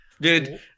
Dude